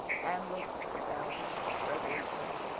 anne looked about her reverently,